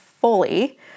fully